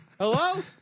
Hello